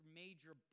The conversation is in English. major